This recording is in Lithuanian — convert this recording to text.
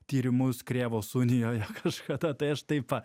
tyrimus krėvos unijoje kažkada tai aš taip va